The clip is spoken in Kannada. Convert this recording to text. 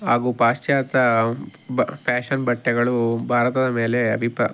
ಹಾಗೂ ಪಾಶ್ಚ್ಯಾತ್ಯ ಬ ಫ್ಯಾಷನ್ ಬಟ್ಟೆಗಳು ಭಾರತದ ಮೇಲೆ ಅಬಿಪ